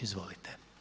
Izvolite.